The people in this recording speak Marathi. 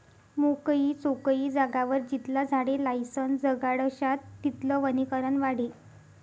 मोकयी चोकयी जागावर जितला झाडे लायीसन जगाडश्यात तितलं वनीकरण वाढी